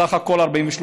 בסך הכול 43,